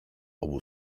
obu